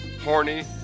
horny